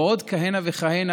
ועוד כהנה וכהנה.